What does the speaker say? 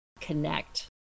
connect